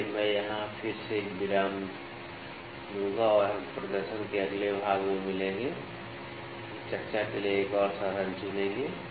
इसलिए मैं यहां फिर से एक विराम लूंगा और हम प्रदर्शन के अगले भाग में मिलेंगे हम चर्चा के लिए एक और साधन चुनेंगे